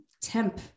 temp